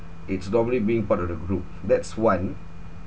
it's normally being part of the group that's one